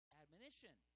admonition